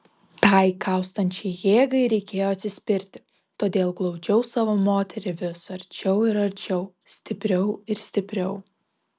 tai kaustančiai jėgai reikėjo atsispirti todėl glaudžiau savo moterį vis arčiau ir arčiau stipriau ir stipriau